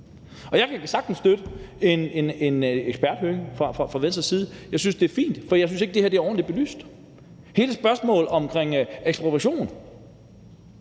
Jeg kan sagtens støtte en eksperthøring, som er nævnt fra Venstres side. Jeg synes, det er fint, for jeg synes ikke, at det her er ordentligt belyst. Der er hele spørgsmålet omkring ekspropriation.